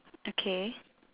okay